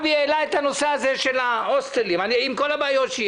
העלה את הנושא הזה של ההוסטלים, עם כל הבעיות שיש.